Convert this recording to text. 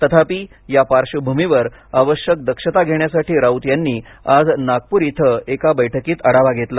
तथापि या पार्श्वभूमीवर आवश्यक दक्षता घेण्यासाठी राउत यांनी आज नागपूर इथं एका बैठकीत आढावा घेतला